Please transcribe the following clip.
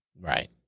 Right